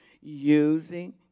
using